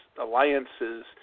Alliances